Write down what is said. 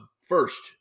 first